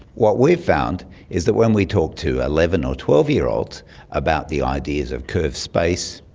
what we've found is that when we talk to eleven or twelve year olds about the ideas of curved space,